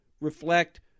reflect